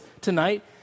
tonight